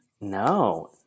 No